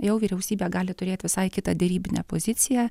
jau vyriausybė gali turėt visai kitą derybinę poziciją